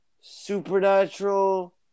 supernatural